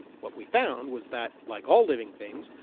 what we found was that, like all living things,